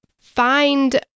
find